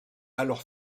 alors